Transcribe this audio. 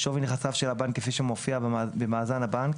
שווי נכסיו של הבנק כפי שמופיע במאזן הבנק